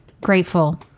grateful